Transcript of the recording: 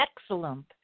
Excellent